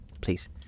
please